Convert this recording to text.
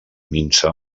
minsa